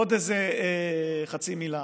עוד איזה חצי מילה.